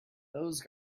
those